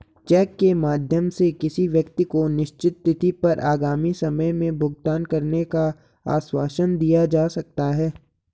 check के माध्यम से किसी व्यक्ति को निश्चित तिथि पर आगामी समय में भुगतान करने का आश्वासन दिया जा सकता है